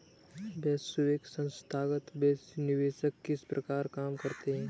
वैश्विक संथागत निवेशक किस प्रकार काम करते हैं?